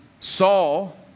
Saul